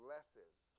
Blesses